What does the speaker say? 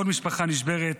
עוד משפחה נשברת,